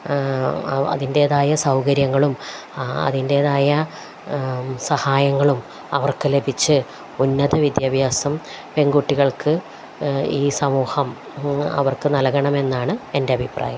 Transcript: ആ അതിന്റേതായ സൗകര്യങ്ങളും അതിന്റേതായ സഹായങ്ങളും അവർക്കു ലഭിച്ച് ഉന്നത വിദ്യാഭ്യാസം പെൺകുട്ടികൾക്ക് ഈ സമൂഹം അവർക്കു നല്കണമെന്നാണ് എൻ്റെ അഭിപ്രായം